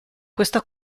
questa